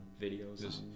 videos